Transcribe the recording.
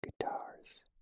guitars